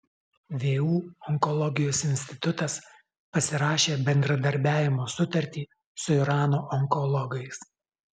vu onkologijos institutas pasirašė bendradarbiavimo sutartį su irano onkologais